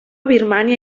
birmània